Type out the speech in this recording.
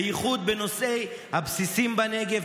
בייחוד בנושאי הבסיסים בנגב,